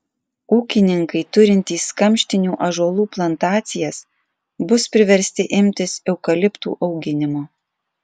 ūkininkai turintys kamštinių ąžuolų plantacijas bus priversti imtis eukaliptų auginimo